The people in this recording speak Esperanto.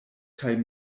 kaj